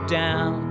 down